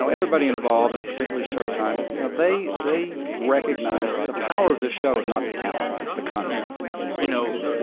everybody involved, and particularly showtime you know, they they recognized that the power of this show is not the talent. it's the concept you know,